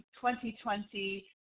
2020